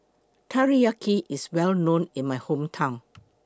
Teriyaki IS Well known in My Hometown